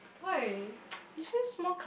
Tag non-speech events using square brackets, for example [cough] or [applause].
why [noise]